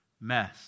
mess